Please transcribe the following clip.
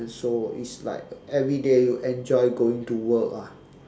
and so it's like everyday you enjoy going to work ah